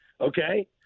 Okay